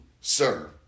sir